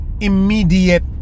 immediate